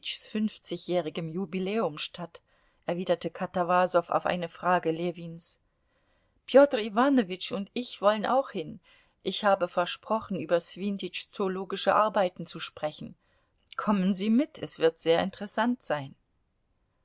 fünfzigjährigem jubiläum statt erwiderte katawasow auf eine frage ljewins peter iwanowitsch und ich wollen auch hin ich habe versprochen über swintitschs zoologische arbeiten zu sprechen kommen sie mit es wird sehr interessant sein